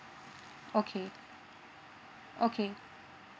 okay okay